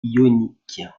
ionique